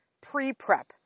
pre-prep